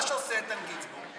מה שעושה איתן גינזבורג,